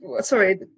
sorry